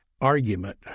argument